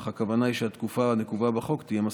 אך הכוונה היא שהתקופה הנקובה בחוק תהיה מספיקה.